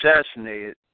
assassinated